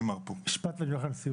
משפט ואני הולך לנשיאות.